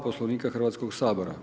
Poslovnika Hrvatskoga sabora.